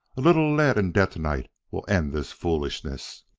a little lead and detonite will end this foolishness!